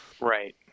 Right